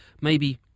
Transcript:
Maybe